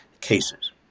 cases